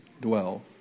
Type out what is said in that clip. dwell